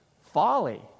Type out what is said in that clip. folly